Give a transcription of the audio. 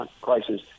crisis